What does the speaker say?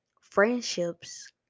friendships